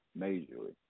majorly